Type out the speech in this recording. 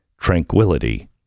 tranquility